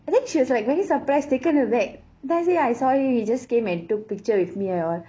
I think she was like very surprise taken aback then I say ya I saw him him just came and took picture with me and all